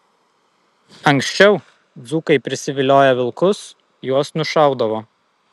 anksčiau dzūkai prisivilioję vilkus juos nušaudavo